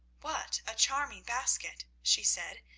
what a charming basket! she said,